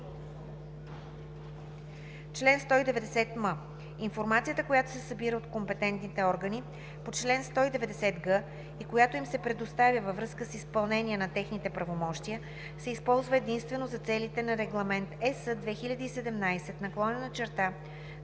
Чл. 190м. Информацията, която се събира от компетентните органи по чл. 190г и която им се предоставя във връзка с изпълнение на техните правомощия, се използва единствено за целите на Регламент (ЕС) 2017/2394 и може да бъде